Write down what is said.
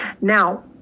Now